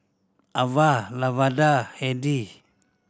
Avah Lavada Hedy